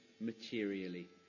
materially